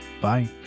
Bye